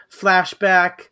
flashback